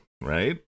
Right